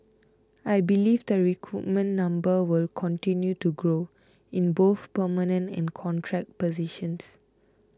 I believe the recruitment number will continue to grow in both permanent and contract positions